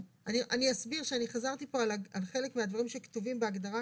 אסביר שאני חזרתי פה על חלק מהדברים שכתובים בהגדרה